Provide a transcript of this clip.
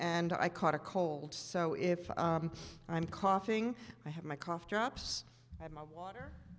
and i caught a cold so if i'm coughing i have my cough drops and my water